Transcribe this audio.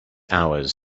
hours